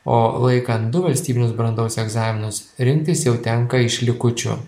o laikant du valstybinius brandos egzaminus rinktis jau tenka iš likučių